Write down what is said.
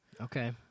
Okay